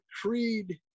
Creed